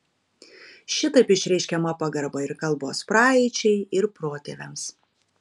šitaip išreiškiama pagarba ir kalbos praeičiai ir protėviams